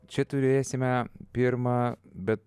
čia turėsime pirmą bet